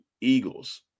Eagles